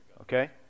Okay